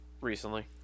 recently